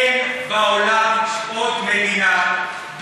אין בעולם עוד מדינה,